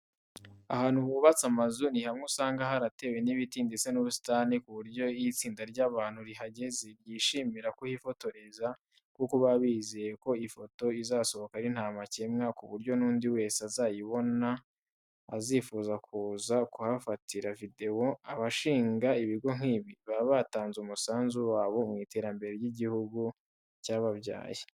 Ahantu hubatse amazu ni hamwe usanga haratewe n'ibiti ndetse n'ubusitani, ku buryo iyo itsinda ry'abantu rihageze ryishimira kuhifororeza, kuko baba bizeye ko ifoto izasohoka iri ntamakemwa ku buryo n'undi wese uzayibona azifuza kuza kuhafatira video. Abashinga ibigo nk'ibi, baba batanze umusanzu wabo mu iterambere ry'igihugu cyababyaye.